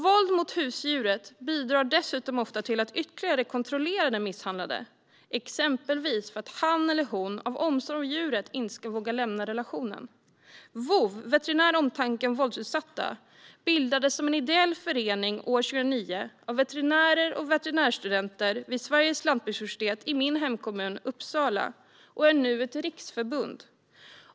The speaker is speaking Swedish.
Våld mot husdjuret är dessutom ofta ett sätt att ytterligare kontrollera den misshandlade, exempelvis för att hon eller han av omsorg om djuret inte vågar lämna relationen. Voov, Veterinär omtanke om våldsutsatta, bildades som en ideell förening år 2009 av veterinärer och veterinärstudenter vid Sveriges lantbruksuniversitet i min hemkommun Uppsala och är nu ett riksförbund.